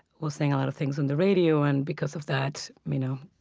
was saying a lot of things on the radio and because of that, you know,